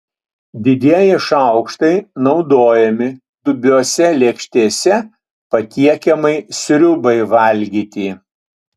didieji šaukštai naudojami dubiose lėkštėse patiekiamai sriubai valgyti